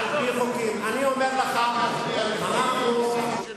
מה לעשות?